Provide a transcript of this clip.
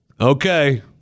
okay